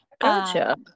Gotcha